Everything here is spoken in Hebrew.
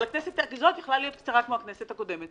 אבל הכנסת הזאת יכלה להיות קצרה כמו הכנסת הקודמת.